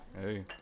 Hey